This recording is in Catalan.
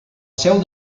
seu